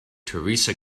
theresa